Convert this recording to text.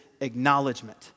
acknowledgement